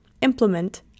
implement